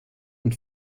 und